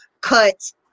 cut